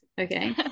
Okay